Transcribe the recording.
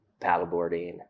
paddleboarding